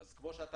כמובן,